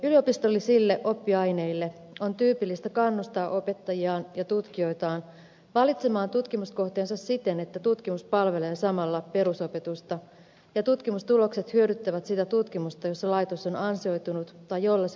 yliopistollisille oppiaineille on tyypillistä kannustaa opettajiaan ja tutkijoitaan valitsemaan tutkimuskohteensa siten että tutkimus palvelee samalla perusopetusta ja tutkimustulokset hyödyttävät sitä tutkimusta jossa laitos on ansioitunut tai jolla se haluaa profiloitua